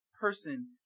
person